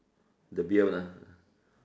the bill ah